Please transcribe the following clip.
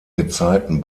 gezeiten